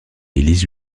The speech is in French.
élise